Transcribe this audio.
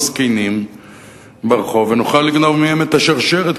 זקנים ברחוב ונוכל לגנוב מהם את השרשרת,